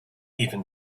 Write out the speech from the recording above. even